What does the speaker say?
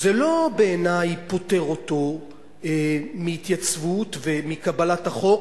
בעיני זה לא פוטר אותו מהתייצבות ומקבלת החוק,